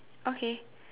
okay